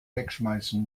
wegschmeißen